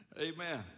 Amen